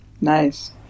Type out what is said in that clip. nice